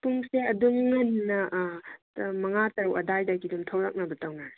ꯄꯨꯡꯁꯦ ꯑꯗꯨꯝ ꯉꯟꯅ ꯃꯉꯥ ꯇꯔꯨꯛ ꯑꯗꯥꯏꯗꯒꯤ ꯑꯗꯨꯝ ꯊꯣꯔꯛꯅꯕ ꯇꯧꯅꯔꯁꯦ